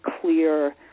clear